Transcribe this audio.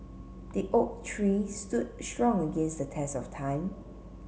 the oak tree stood strong against the test of time